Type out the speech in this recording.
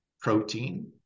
Protein